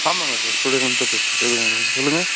ஆமாங்க சார் ஸ்டூடியோலேருந்துதான் பேசுறேன் சிவகங்கைலேருந்து சொல்லுங்கள்